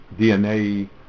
DNA